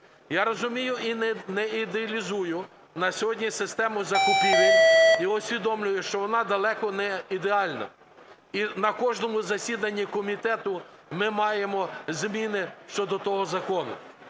Я розумію і не ідеалізую на сьогодні систему закупівель і усвідомлюю, що вона далеко неідеальна, і на кожному засіданні комітету ми маємо зміни щодо того закону.